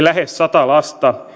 lähes sata lasta